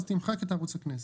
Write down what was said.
תמחק את ערוץ הכנסת.